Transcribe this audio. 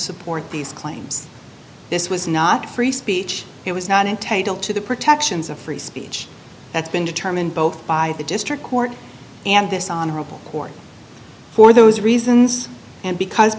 support these claims this was not free speech it was not entitled to the protections of free speech that's been determined both by the district court and this honorable court for those reasons and because